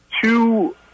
two